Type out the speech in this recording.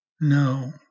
no